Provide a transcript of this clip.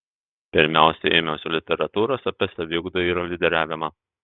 pirmiausia ėmiausi literatūros apie saviugdą ir lyderiavimą